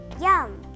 Yum